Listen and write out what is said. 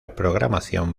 programación